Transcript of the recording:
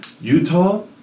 Utah